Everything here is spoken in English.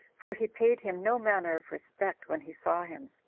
for he paid him no manner of respect when he saw him.